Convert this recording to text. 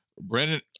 Brandon